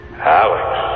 Alex